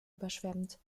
überschwemmt